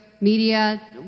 media